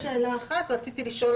עוד שאלה אחת רציתי לשאול.